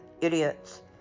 idiots